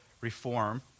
reform